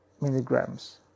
milligrams